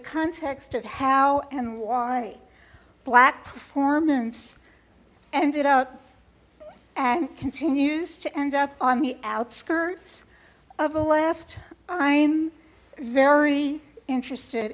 context of how and why black performance ended up and continues to end up on the outskirts of the left i'm very interested